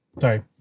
Sorry